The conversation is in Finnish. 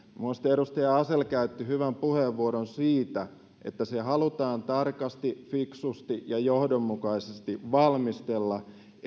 minusta edustaja asell käytti hyvän puheenvuoron siitä että se halutaan tarkasti fiksusti ja johdonmukaisesti valmistella